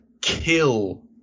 kill